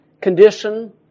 condition